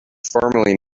formerly